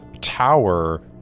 tower